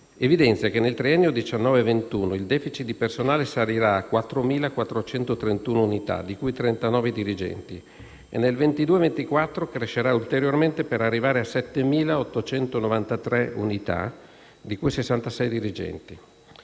evidenzia che nel triennio 2019-2021 il *deficit* di personale salirà a 4.431 unità, di cui 39 dirigenti, mentre nel 2022-2024 crescerà ulteriormente per arrivare a 7.893 unità, di cui 66 dirigenti.